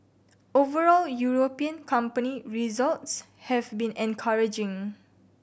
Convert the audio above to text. overall European company results have been encouraging